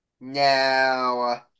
Now